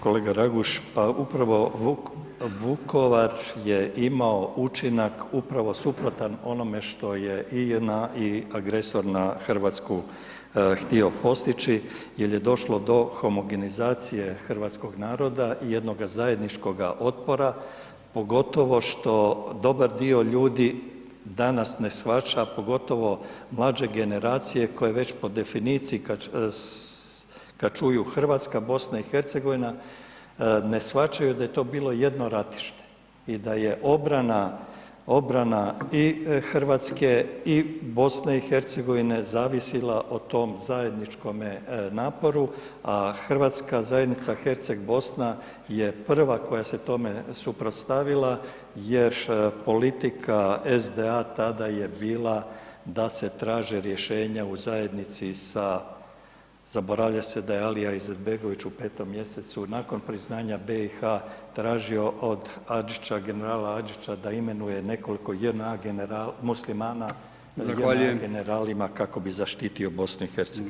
Kolega Raguž pa upravo Vukovar je imao učinak upravo suprotan onome što je i JNA i agresor na Hrvatsku htio postići jer je došlo do homogenizacije hrvatskoga naroda i jednoga zajedničkoga otpora pogotovo što dobar dio ljudi danas ne shvaća a pogotovo mlađe generacije koje već po definiciji kada čuju Hrvatska i BiH ne shvaćaju da je to bilo jedno ratište i da je obrana, obrana i Hrvatske i BiH zavisila o tom zajedničkome naporu a Hrvatska zajednica Herceg-Bosna je prva koja se tome suprotstavila jer politika SDA tada je bila da se traže rješenja u zajednici sa, zaboravlja se da je Alija Izetbegović u 5. mjesecu nakon priznanja BiH tražio od Adžića, generala Adžića da imenuje nekoliko JNA Muslimana, JNA generalima kako bi zaštitio BiH.